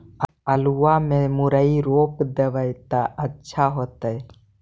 आलुआ में मुरई रोप देबई त अच्छा होतई?